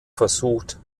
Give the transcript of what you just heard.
versucht